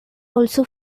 also